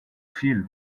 feel